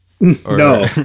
No